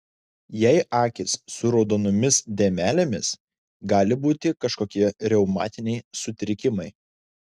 jei akys su raudonomis dėmelėmis gali būti kažkokie reumatiniai sutrikimai